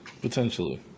Potentially